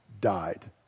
died